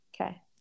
Okay